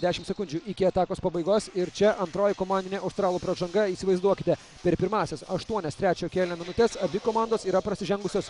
dešimt sekundžių iki atakos pabaigos ir čia antroji komandinė australų pražanga įsivaizduokite per pirmąsias aštuonias trečiojo kėlinio minutes abi komandos yra prasižengusios